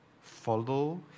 follow